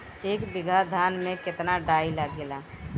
एक बीगहा धान में केतना डाई लागेला?